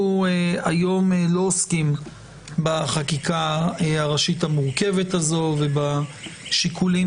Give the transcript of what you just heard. אנחנו היום לא עוסקים בחקיקה הראשית המורכבת הזו ובשיקולים